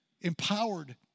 empowered